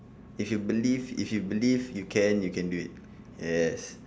if you believe if you believe you can you can do it yes